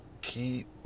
keep